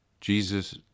Jesus